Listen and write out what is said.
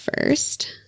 first